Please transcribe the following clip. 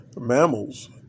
mammals